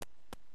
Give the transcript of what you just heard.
אם בתחומי סחר